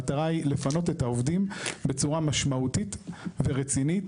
המטרה היא לפנות את העובדים בצורה משמעותית ורצינית